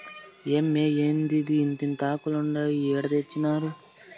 ఏమ్మే, ఏందిదే ఇంతింతాకులుండాయి ఏడ తెచ్చినారు